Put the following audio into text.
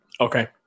Okay